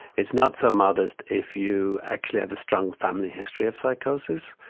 it's not so modest if you actually have a strong family history of psychosis,